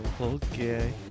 okay